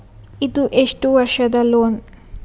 ಇದು ಎಷ್ಟು ವರ್ಷದ ಲೋನ್?